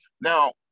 Now